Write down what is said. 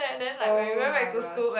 oh-my-gosh